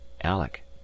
alec